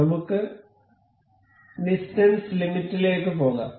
നമുക്ക് ഡിസ്റ്റൻസ് ലിമിറ്റിലേക്കു പോകാം